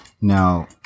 Now